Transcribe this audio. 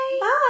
bye